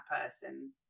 person